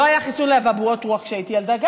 לא היה חיסון גם לאבעבועות רוח כשהייתי ילדה,